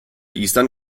eastern